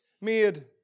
made